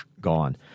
gone